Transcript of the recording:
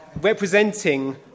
representing